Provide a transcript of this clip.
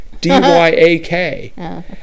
D-Y-A-K